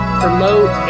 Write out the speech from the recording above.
promote